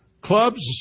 clubs